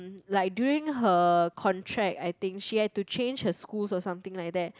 like during her contract I think she had to change her school or something like that